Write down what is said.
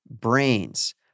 Brains